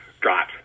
got